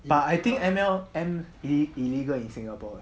but I think M_L_M il~ illegal in singapore [what]